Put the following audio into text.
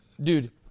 dude